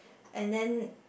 and then